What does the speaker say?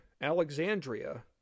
Alexandria